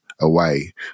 away